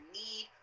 need